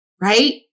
right